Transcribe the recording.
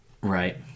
right